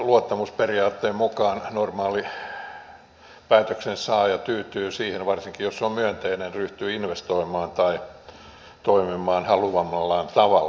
luottamusperiaatteen mukaan normaali päätöksensaaja tyytyy siihen varsinkin jos se on myönteinen ryhtyy investoimaan tai toimimaan haluamallaan tavalla